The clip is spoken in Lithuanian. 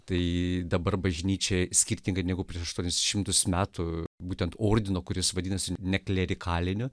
tai dabar bažnyčiai skirtingai negu prieš tris šimtus metų būtent ordino kuris vadinasi ne klerikalinio